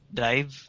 drive